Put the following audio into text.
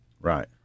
Right